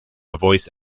voice